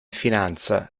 finanza